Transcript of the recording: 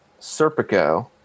Serpico